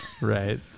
right